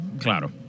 Claro